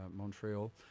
Montreal